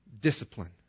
discipline